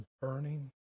burning